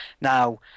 Now